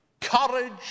courage